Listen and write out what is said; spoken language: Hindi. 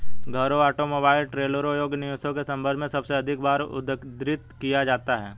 घरों, ऑटोमोबाइल, ट्रेलरों योग्य निवेशों के संदर्भ में सबसे अधिक बार उद्धृत किया जाता है